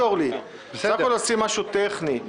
אנחנו בסך הכול עושים משהו טכני.